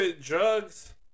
drugs